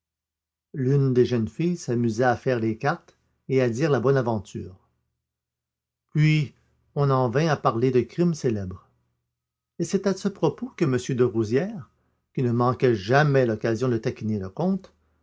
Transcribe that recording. l'une des jeunes filles s'amusa à faire les cartes et à dire la bonne aventure puis on en vint à parler de crimes célèbres et c'est à ce propos que m de rouzières qui ne manquait jamais l'occasion de taquiner le comte